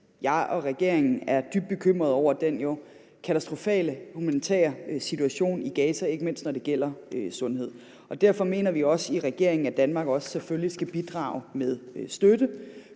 jeg og regeringen er dybt bekymrede over den katastrofale humanitære situation i Gaza, ikke mindst når det gælder sundhed. Derfor mener vi i regeringen også, at Danmark selvfølgelig skal bidrage med støtte.